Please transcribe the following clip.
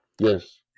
Yes